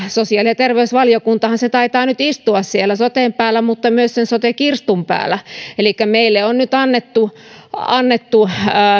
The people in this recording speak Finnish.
sosiaali ja terveysvaliokuntahan se taitaa nyt istua siellä soten päällä mutta myös sen sote kirstun päällä elikkä meille on nyt annettu annettu